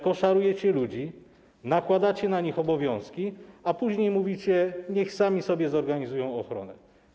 Koszarujecie ludzi, nakładacie na nich obowiązki, a później mówicie: Niech sami sobie zorganizują ochronę.